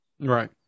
Right